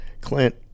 clint